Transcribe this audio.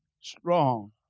strong